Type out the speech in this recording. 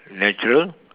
natural